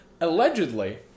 allegedly